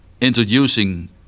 introducing